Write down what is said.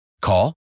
Call